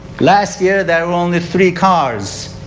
last year there were only three cars.